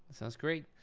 sounds great.